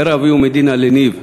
אומר אביהו מדינה לניב: